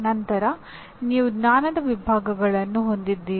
ನಂತರ ನೀವು ಜ್ಞಾನದ ವಿಭಾಗಗಳನ್ನು ಹೊಂದಿದ್ದೀರಿ